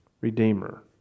Redeemer